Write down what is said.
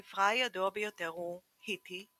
סיפרה הידוע ביותר הוא "היטי,